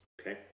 okay